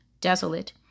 desolate